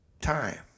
Time